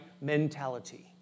mentality